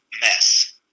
mess